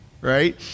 right